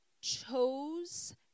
chose